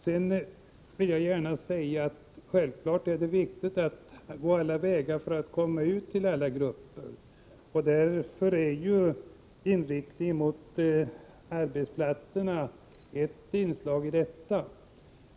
Sedan vill jag gärna säga att det självfallet är viktigt att använda alla vägar som är möjliga för att nå ut till alla grupper. Inriktningen mot arbetsplatserna är ett inslag i detta arbete.